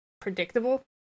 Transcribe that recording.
predictable